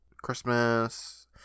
Christmas